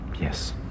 Yes